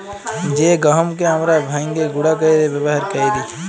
জ্যে গহমকে আমরা ভাইঙ্গে গুঁড়া কইরে ব্যাবহার কৈরি